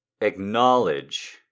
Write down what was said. acknowledge